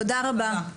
תודה רבה.